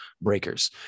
breakers